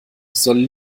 soll